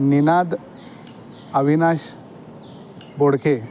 Ninad Avinash Bodkhe